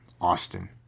Austin